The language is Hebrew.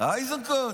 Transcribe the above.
איזנקוט.